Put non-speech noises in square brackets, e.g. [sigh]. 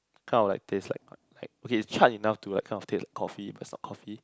kind of like taste like [noise] like okay it's charred enough to like kind of taste like coffee because it's not coffee